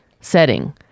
setting